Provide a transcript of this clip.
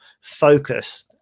focus